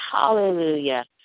Hallelujah